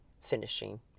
finishing